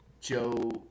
Joe